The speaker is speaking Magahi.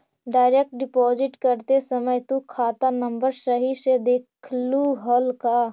डायरेक्ट डिपॉजिट करते समय तु खाता नंबर सही से देखलू हल का?